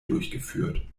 durchgeführt